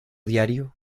diario